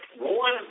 One